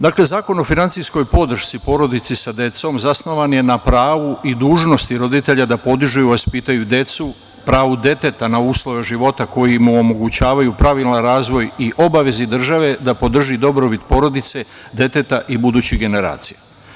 Dakle, Zakon o finansijskoj podršci porodici sa decom zasnovan je na pravu i dužnosti roditelja da podižu i vaspitaju decu, pravu deteta na uslove živote koji mu omogućavaju pravilan razvoj i obavezu države da podrži dobrobit porodice, deteta i budućih generacija.